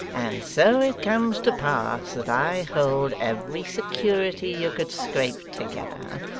and so it comes to pass that i hold every security you could scrape together,